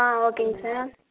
ஆ ஓகேங்க சார்